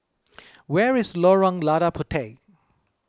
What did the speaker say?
where is Lorong Lada Puteh